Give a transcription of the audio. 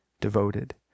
devoted